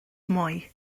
mwy